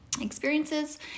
experiences